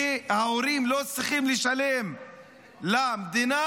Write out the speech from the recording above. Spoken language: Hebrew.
כי ההורים לא צריכים לשלם למדינה,